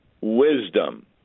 wisdom